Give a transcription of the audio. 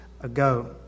ago